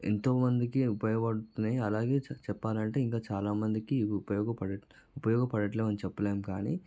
ఎంతో మందికి ఉపయోగపడుతున్నాయి అలాగే చెప్పాలంటే ఇంకా చాలా మందికి ఉపయోగపడే ఉపయోగపడట్లేదు అని చెప్పలేము కానీ